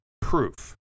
proof